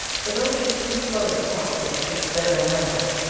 for, though she's too slow to stop quick, she's better than nobody.